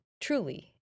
truly